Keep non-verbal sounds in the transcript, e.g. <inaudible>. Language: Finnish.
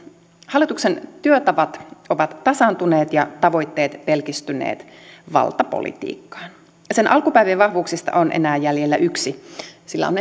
hallituksen työtavat ovat tasaantuneet ja tavoitteet pelkistyneet valtapolitiikkaan sen alkupäivien vahvuuksista on enää jäljellä yksi sillä on <unintelligible>